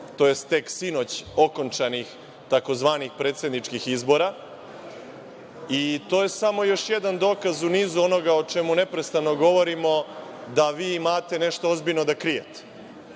tj. tek sinoć, okončanih tzv. predsedničkih izbora. To je samo još jedan dokaz u nizu onoga o čemu neprestano govorimo, da vi imate nešto ozbiljno da krijete.